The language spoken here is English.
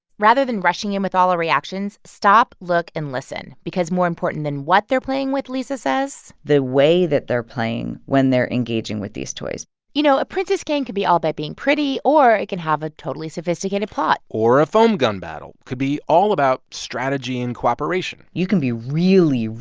rather than rushing in with all the reactions, stop, look and listen because more important than what they're playing with, lisa says. the way that they're playing when they're engaging with these toys you know, a princess game could be all by being pretty. or it could have a totally sophisticated plot or a foam gun battle could be all about strategy and cooperation you can be really,